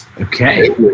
Okay